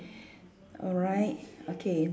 alright okay